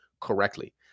correctly